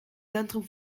centrum